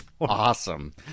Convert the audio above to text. awesome